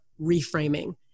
reframing